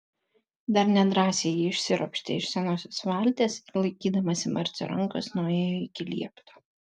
dar nedrąsiai ji išsiropštė iš senosios valties ir laikydamasi marcio rankos nuėjo iki liepto